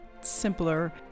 simpler